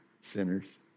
sinners